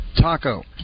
Taco